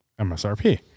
MSRP